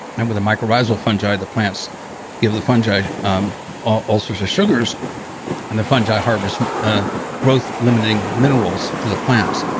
and with a mycorrhizal fungi the plants give the fungi um all all sorts of sugars and the fungi harvest growth limiting minerals to the plants.